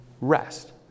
rest